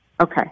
okay